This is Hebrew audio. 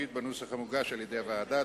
שלישית בנוסח המוגש על-ידי הוועדה.